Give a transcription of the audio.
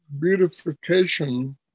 beautification